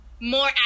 more